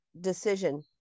decision